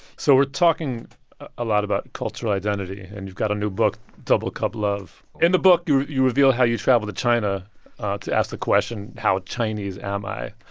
so we're talking a lot about cultural identity. and you've got a new book, double cup love. in the book, you you reveal how you traveled to china to ask the question, how chinese am i?